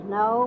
no